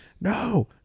no